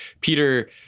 Peter